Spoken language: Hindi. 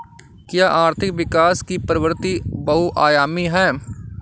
क्या आर्थिक विकास की प्रवृति बहुआयामी है?